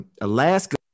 Alaska